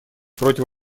против